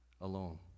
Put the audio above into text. alone